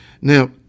Now